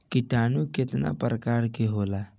किटानु केतना प्रकार के होला?